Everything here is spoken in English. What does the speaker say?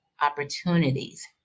opportunities